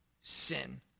sin